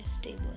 stable